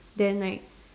then like